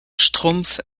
schtroumpf